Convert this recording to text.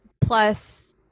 Plus